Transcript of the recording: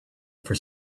for